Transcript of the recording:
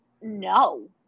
No